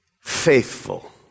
faithful